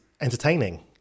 entertaining